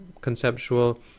conceptual